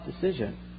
decision